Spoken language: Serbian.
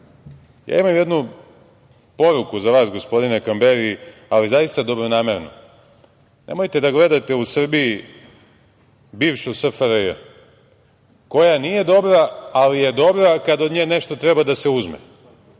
imam jednu poruku za vas, gospodine Kamberi, ali zaista dobronamernu. Nemojte da gledate u Srbiji bivšu SFRJ koja nije dobra, ali je dobra kad od nje nešto treba da se uzme.